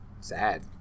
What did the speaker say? Sad